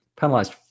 penalized